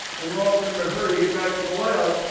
and we're often in a hurry to get back to the lab,